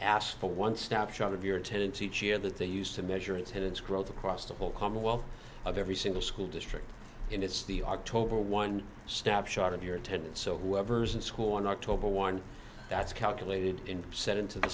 asked for one stepchild of your attendance each year that they used to measure incidents growth across the whole commonwealth of every single school district and it's the october one step short of your attendance so whoever's in school in october one that's calculated and sent into the